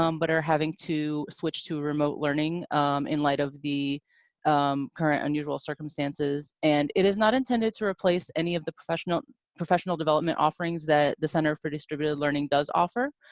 um but are having to switch to remote learning in light of the um current, unusual circumstances and it is not intended to replace any of the professional professional development offerings that the center for distributed learning does offer.